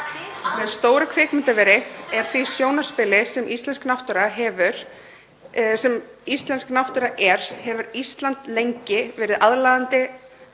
Með stóru kvikmyndaveri og því sjónarspili sem íslensk náttúra er hefur Ísland lengi verið aðlaðandi